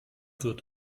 wird